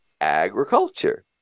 agriculture